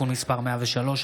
(תיקון מס' 103),